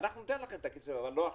אנחנו ניתן לכם את הכסף אבל לא עכשיו.